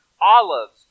olives